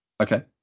okay